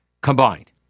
combined